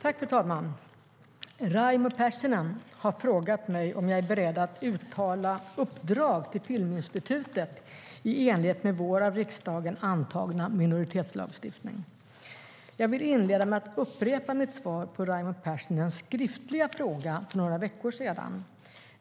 Fru talman! Raimo Pärssinen har frågat mig om jag är beredd att uttala uppdrag till Filminstitutet i enlighet med vår, av riksdagen, antagna minoritetslagstiftning. Jag vill inleda med att upprepa mitt svar på Raimo Pärssinens skriftliga fråga för några veckor sedan.